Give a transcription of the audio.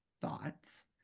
thoughts